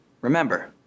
Remember